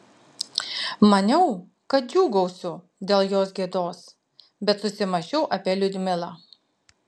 maniau kad džiūgausiu dėl jos gėdos bet susimąsčiau apie liudmilą